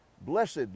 Blessed